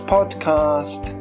Podcast